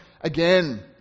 again